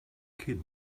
kid